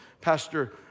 Pastor